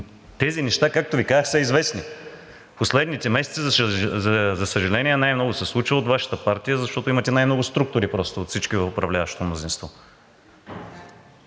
Тези неща, както Ви казах, са известни. Последните месеци, за съжаление, най-много се случва от Вашата партия, защото имате най-много структури от всички в управляващото мнозинство.